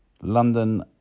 London